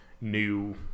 new